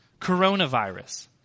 Coronavirus